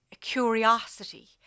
curiosity